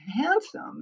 handsome